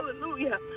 Hallelujah